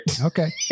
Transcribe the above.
Okay